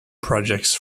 projects